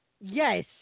Yes